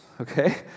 Okay